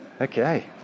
Okay